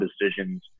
decisions